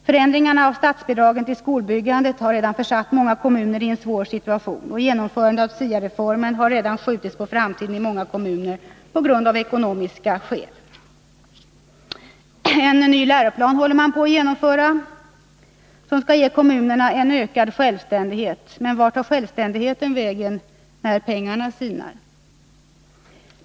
Förändringarna av statsbidragen till skolbyggandet har redan försatt många kommuner i en svår situation, och genomförandet av SIA-reformen har redan i många kommuner skjutits på framtiden av ekonomiska skäl. Man håller på att genomföra en ny läroplan som skall ge kommunerna ökad självständighet. Men vart tar självständigheten vägen när kassan sinar?